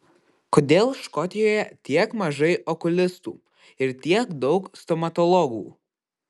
kodėl škotijoje tiek mažai okulistų ir tiek daug stomatologų